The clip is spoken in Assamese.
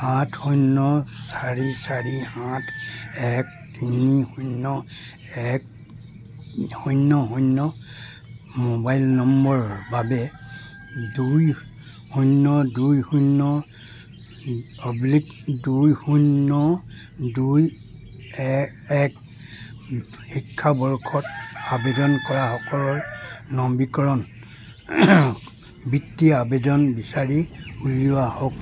সাত শূন্য চাৰি চাৰি আঠ এক তিনি শূন্য এক শূন্য শূন্য মোবাইল নম্বৰৰ বাবে দুই শূন্য দুই শূন্য অব্লিক দুই শূন্য দুই এক শিক্ষাবৰ্ষত আবেদন কৰা সকলো নবীকৰণ বৃত্তিৰ আবেদন বিচাৰি উলিয়া হওক